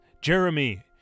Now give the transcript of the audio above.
Jeremy